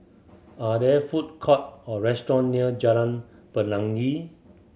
are there food court or restaurant near Jalan Pelangi